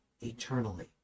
eternally